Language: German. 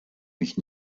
mich